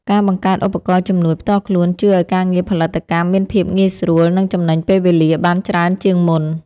ការបង្កើតឧបករណ៍ជំនួយផ្ទាល់ខ្លួនជួយឱ្យការងារផលិតកម្មមានភាពងាយស្រួល និង ចំណេញពេលវេលាបានច្រើនជាងមុន។